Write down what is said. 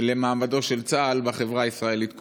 למעמדו של צה"ל בחברה הישראלית כולה.